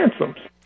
ransoms